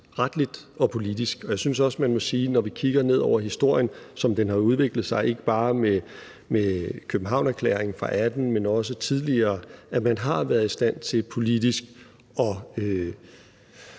retligt og politisk. Og jeg synes også, at man må sige, at man – når vi kigger ned over historien, som den har udviklet sig, ikke bare med Københavnererklæringen fra 2018, men også tidligere – har været i stand til politisk at